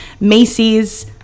Macy's